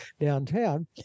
downtown